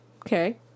okay